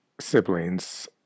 siblings